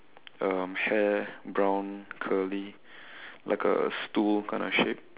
um hair brown curly like a stool kind of shape